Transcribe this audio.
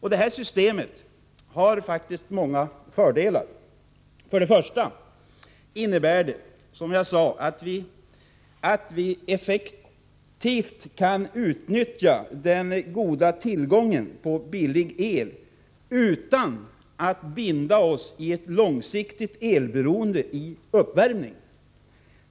Det här systemet har faktiskt många fördelar. För det första innebär det, som jag sade, att vi effektivt kan utnyttja den goda tillgången på billig el utan att binda oss i ett långsiktigt elberoende när det gäller uppvärmningen.